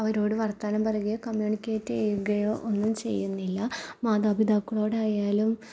അവരോട് വർത്താനം പറയുകയോ കമ്യൂണിക്കേറ്റ് ചെയ്യുകയോ ഒന്നും ചെയ്യുന്നില്ല മാതാപിതാക്കളോട് ആയാലും